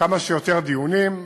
כמה שיותר דיונים,